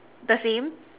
the same